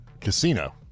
Casino